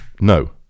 no